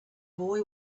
boy